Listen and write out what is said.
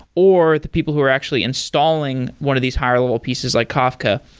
or the people who are actually installing one of these higher-level pieces like kafka,